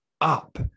up